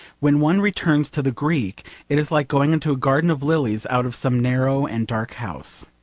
when one returns to the greek it is like going into a garden of lilies out of some, narrow and dark house.